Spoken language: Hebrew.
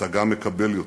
אתה גם מקבל יותר.